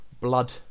blood